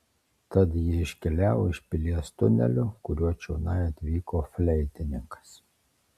tad jie iškeliavo iš pilies tuneliu kuriuo čionai atvyko fleitininkas